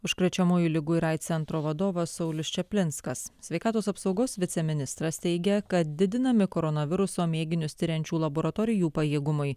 užkrečiamųjų ligų ir aids centro vadovas saulius čaplinskas sveikatos apsaugos viceministras teigia kad didinami koronaviruso mėginius tiriančių laboratorijų pajėgumai